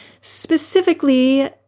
Specifically